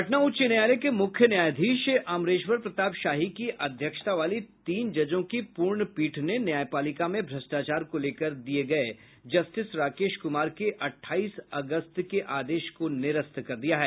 पटना उच्च न्यायालय के मुख्य न्यायाधीश अमरेश्वर प्रताप शाही की अध्यक्षता वाली तीन जजों की पूर्ण पीठ ने न्यायपालिका में भ्रष्टाचार को लेकर दिये गये जस्टिस राकेश कुमार के अट्ठाईस अगस्त के आदेश को निरस्त कर दिया है